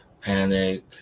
panic